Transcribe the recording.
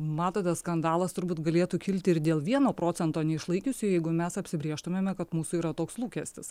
matote skandalas turbūt galėtų kilti ir dėl vieno procento neišlaikiusių jeigu mes apsibrėžtumėme kad mūsų yra toks lūkestis